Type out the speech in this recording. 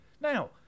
Now